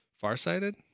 farsighted